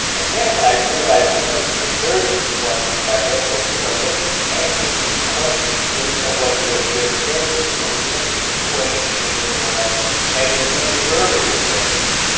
and then i realized i was making the third blunder about but halfway through. i wasn't asking him questions based on what he had just said to me. i was asking him questions based on what i had intended earlier to ask him.